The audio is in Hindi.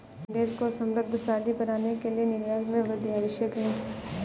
देश को समृद्धशाली बनाने के लिए निर्यात में वृद्धि आवश्यक है